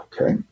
okay